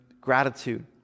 gratitude